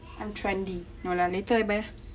I'm trendy no lah later I buy ah